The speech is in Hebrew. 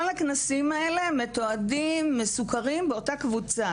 כל הכנסים האלה מועדים ומסוקרים באותה קבוצת